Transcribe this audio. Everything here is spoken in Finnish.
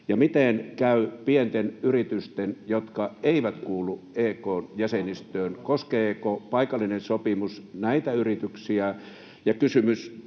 miten käy pienten yritysten, jotka eivät kuulu EK:n jäsenistöön? Koskeeko paikallinen sopimus näitä yrityksiä?